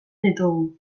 ditugu